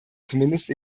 zumindest